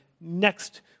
next